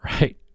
right